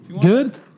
Good